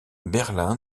berlin